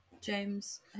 James